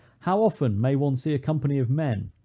how often may one see a company of men,